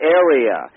area